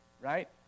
right